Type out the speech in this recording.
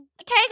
Okay